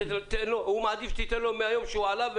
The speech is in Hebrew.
הוא מעדיף שתיתן לו מהיום שהוא עלה,